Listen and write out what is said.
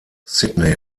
sydney